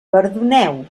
perdoneu